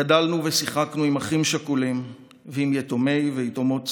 גדלנו ושיחקנו עם אחים שכולים ועם יתומי ויתומות צה"ל,